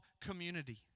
community